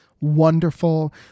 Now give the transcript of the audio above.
wonderful